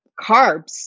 carbs